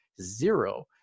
zero